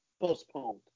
postponed